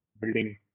building